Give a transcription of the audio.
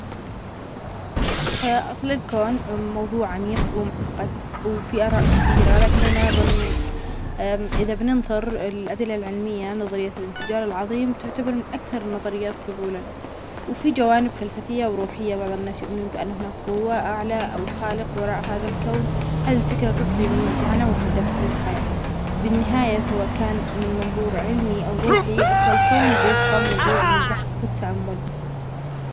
أصل الكون موضوع عميق ومعقد وفي أراء كثيرة لكننا ب إذا بننظر للأدلة العلمية نظرية الإنفجار العظيم تعتبرمن أكثر النظريات قبولاً وفي جوانب فلسفيه وروحية بعض الناس يؤمنون بأن هناك قوة أعلى أو خالق وراء هذا الكون هذه الفكرة تعطي م-معنى وهدف للحياة بالنهاية سواء كان من منظور علمي أو روحي أصل الكون بيبقى موضوع للبحث والتامل